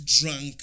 drunk